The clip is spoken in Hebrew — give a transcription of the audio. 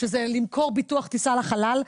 שזה למכור ביטוח טיסה לחלל,